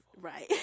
right